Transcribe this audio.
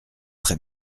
très